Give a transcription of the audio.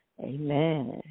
Amen